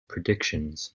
predictions